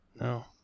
No